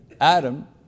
Adam